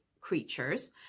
Creatures